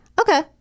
okay